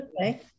okay